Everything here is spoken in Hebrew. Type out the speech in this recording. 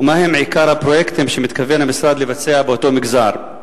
ומה הם עיקר הפרויקטים שמתכוון המשרד לבצע באותו מגזר?